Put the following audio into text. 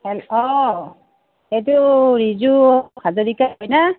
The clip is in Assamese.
হেল্ল' এইটো ৰিজু হাজৰিকা হয়নে